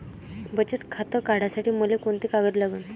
बचत खातं काढासाठी मले कोंते कागद लागन?